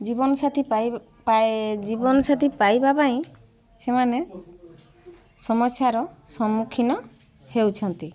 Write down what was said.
ଜୀବନ ସାଥୀ ଜୀବନ ସାଥୀ ପାଇବା ପାଇଁ ସେମାନେ ସମସ୍ୟାର ସମ୍ମୁଖୀନ ହେଉଛନ୍ତି